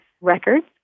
records